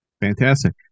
Fantastic